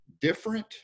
different